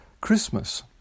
Christmas